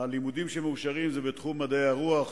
הלימודים שמאושרים הם בתחום מדעי הרוח,